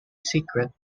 secret